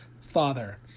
Father